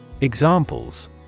Examples